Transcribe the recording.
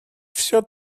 все